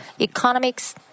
economics